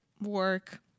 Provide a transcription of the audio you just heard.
work